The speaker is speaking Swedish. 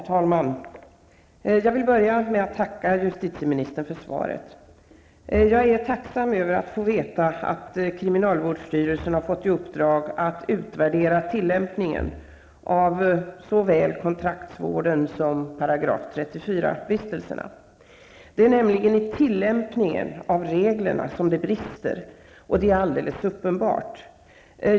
Herr talman! Jag vill börja med att tacka justitieministern för svaret. Jag är tacksam över att få veta att kriminalvårdsstyrelsen har fått i uppdrag att utvärdera tillämpningen av såväl kontraktsvården som § 34-vistelserna. Det är nämligen i tillämpningen av reglerna det brister -- det är alldeles uppenbart.